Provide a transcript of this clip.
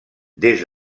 des